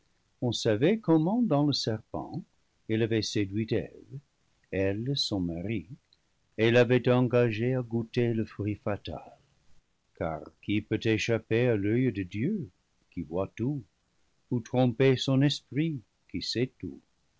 on savait comment dans le serpent il avait séduit eve elle son mari et l'avait engagé à goûter le fruit fatal car qui peut échapper à l'oeil de dieu qui voit tout ou tromper son esprit qui sait tout